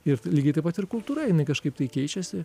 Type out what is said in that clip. ir lygiai taip pat ir kultūra jinai kažkaip tai keičiasi